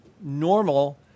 normal